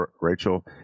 Rachel